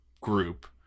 group